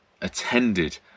attended